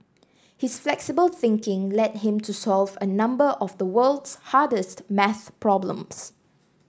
his flexible thinking led him to solve a number of the world's hardest math problems